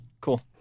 cool